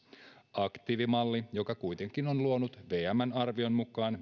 aktiivimalli joka kuitenkin on luonut vmn arvion mukaan